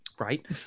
right